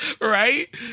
right